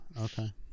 okay